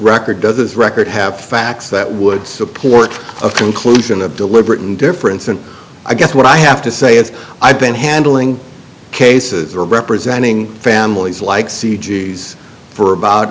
record does this record have facts that would support a conclusion of deliberate indifference and i guess what i have to say is i've been handling cases or representing families like c g s for about